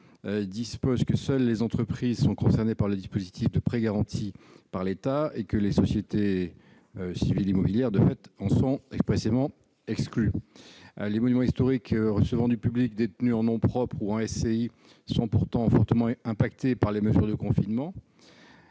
dispose que seules les entreprises sont concernées par le dispositif de prêt garanti par l'État ; les sociétés civiles immobilières (SCI) en sont expressément exclues. Les monuments historiques recevant du public et détenus en nom propre ou en SCI sont pourtant fortement affectés par les mesures de confinement